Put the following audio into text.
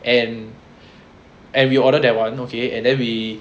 and and we ordered that [one] okay and then we